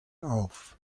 auf